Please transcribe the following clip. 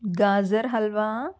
gajar halwa